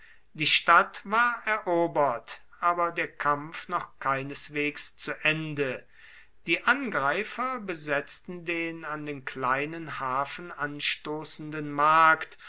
die stadt war erobert aber der kampf noch keineswegs zu ende die angreifer besetzten den an den kleinen hafen anstoßenden markt